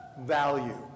value